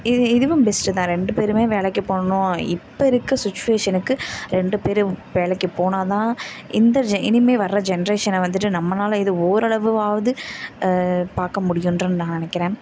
இது இதுவும் பெஸ்ட்டு தான் ரெண்டுபேருமே வேலைக்கு போகணும் இப்போ இருக்கற சிச்சுவேஷனுக்கு ரெண்டுபேரும் வேலைக்கு போனால்தான் இந்த ஜெ இனிமேல் வர ஜென்ரேஷனை வந்துட்டு நம்மளால் இது ஓரளவுவாவது பார்க்க முடியும்ன்று நான் நினைக்குறேன்